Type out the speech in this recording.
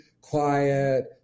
Quiet